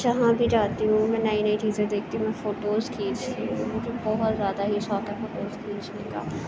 جہاں بھی جاتی ہوں میں نئی نئی چیزیں دیکھتی ہوں فوٹوز کھینچتی ہوں مجھے بہت زیادہ ہی شوق ہے فوٹوز کھینچنے کا